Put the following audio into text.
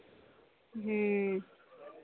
ह्म्म